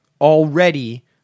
already